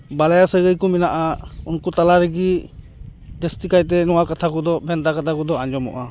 ᱵᱟᱞᱟᱭᱟ ᱥᱟᱹᱜᱟᱹᱭ ᱠᱚ ᱢᱮᱱᱟᱜᱼᱟ ᱩᱱᱠᱩ ᱛᱟᱞᱟᱨᱮᱜᱮ ᱡᱟᱥᱛᱤ ᱠᱟᱭᱛᱮ ᱱᱚᱣᱟ ᱠᱟᱛᱷᱟ ᱠᱚᱫᱚ ᱵᱷᱮᱱᱛᱟ ᱠᱟᱛᱷᱟ ᱠᱚᱫᱚ ᱟᱸᱡᱚᱢᱚᱜᱼᱟ